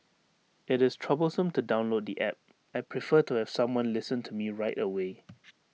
IT is troublesome to download the App I prefer to have someone listen to me right away